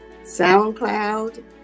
SoundCloud